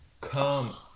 come